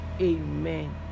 Amen